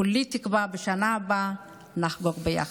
כולי תקווה שבשנה הבאה נחגוג ביחד.